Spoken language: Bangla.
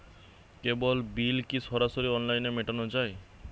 কেবল বিল কি সরাসরি অনলাইনে মেটানো য়ায়?